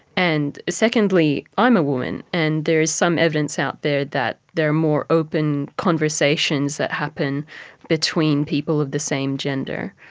and secondly i'm a woman and there is some evidence out there that there are more open conversations that happen between people of the same gender,